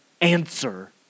answer